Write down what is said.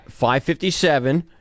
5.57